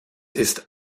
ist